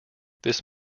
this